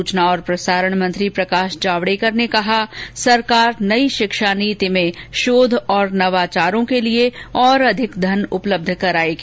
सूचना और प्रसारण मंत्री प्रकाश जावड़ेकर ने कहा सरकार नई शिक्षा नीति में शोध और नवाचारों के लिये और अधिक धन उपलब्ध करायेगी